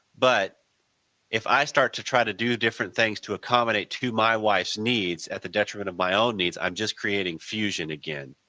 but if i start to try to do different things things to accommodate to my wife's needs at the detriment of my own needs, i am just creating fusion again.